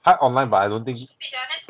他 online but I don't think